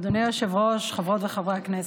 אדוני היושב-ראש, חברות וחברי הכנסת,